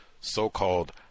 so-called